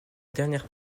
dernière